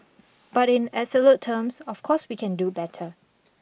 but in absolute terms of course we can do better